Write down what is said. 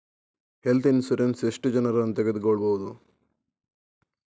Health insurance ಎಷ್ಟು ಜನರನ್ನು ತಗೊಳ್ಬಹುದು?